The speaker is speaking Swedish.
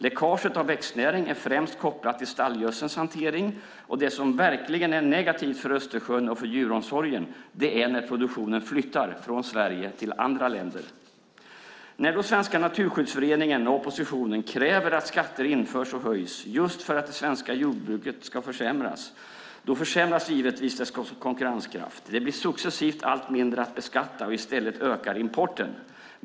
Läckaget av växtnäring är främst kopplat till stallgödselns hantering, och det som verkligen är negativt för Östersjön och för djuromsorgen är när produktionen flyttar från Sverige till andra länder. När då Svenska Naturskyddsföreningen och oppositionen kräver att skatter införs och höjs just för det svenska jordbruket försämras givetvis dess konkurrenskraft. Det blir successivt allt mindre att beskatta, och i stället ökar importen.